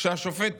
שהשופט